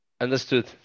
Understood